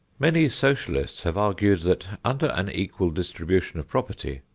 many socialists have argued that under an equal distribution of property,